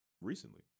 recently